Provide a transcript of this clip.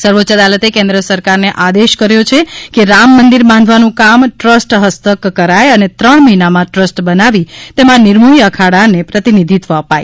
સર્વોચ્ય અદાલતે કેન્દ્ર સરકારને આદેશ કર્યો છે કે રામ મંદિર બાંધવાનું કામ ટ્રસ્ટ ફસ્તક કરાય અને ત્રણ મહિનામાં ટ્રસ્ટ બનાવી તેમાં નિર્મોફી અખાડાને પ્રતિનિધિત્વ અપાય